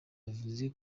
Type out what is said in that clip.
yavuze